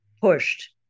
pushed